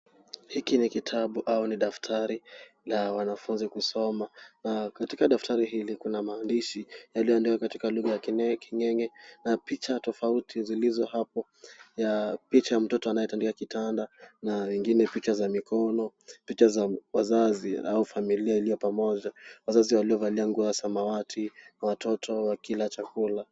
Hiki ni kitabu au ni daftari la wanafunzi kusoma. Na katika daftari hili kuna maandishi yaliyoandikwa katika lugha ya King'eng'e na picha tofauti zilizo hapo. Picha ya mtoto anayetandika kitanda na vingine picha za mikono, picha za wazazi au familia iliyo pamoja wazazi waliovalia nguo ya samawati na watoto wakila chakula.